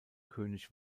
könig